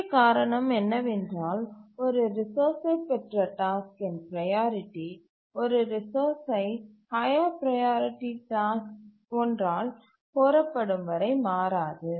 முக்கிய காரணம் என்னவென்றால் ஒரு ரிசோர்ஸ்சை பெற்ற டாஸ்க்கின் ப்ரையாரிட்டி ஒரு ரிசோர்ஸ்சை ஹய்யர் ப்ரையாரிட்டி டாஸ்க் ஒன்றால் கோரப்படும் வரை மாறாது